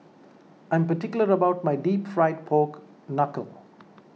I am particular about my Deep Fried Pork Knuckle